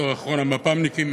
בתור אחרון המפ"מניקים.